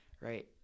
right